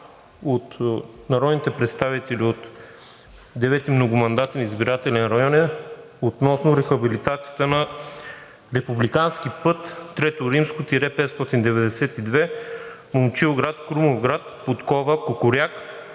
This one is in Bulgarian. от народните представители от Девети многомандатен избирателен район е относно рехабилитацията на републикански път III-592 Момчилград – Крумовград, Подкова – Кукуряк